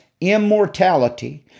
immortality